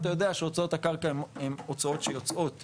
אתה יודע שהוצאות הקרקע הן הוצאות שיוצאות בעין,